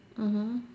mmhmm